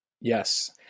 Yes